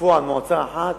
בפועל מועצה אחת,